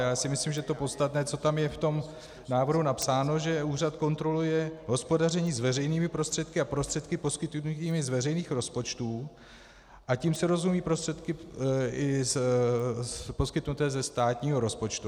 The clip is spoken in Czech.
Já si myslím, že to podstatné, co je v tom návrhu napsáno, že úřad kontroluje hospodaření s veřejnými prostředky a prostředky poskytnutými z veřejných rozpočtů, a tím se rozumí prostředky i poskytnuté ze státního rozpočtu.